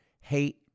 hate